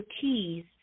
keys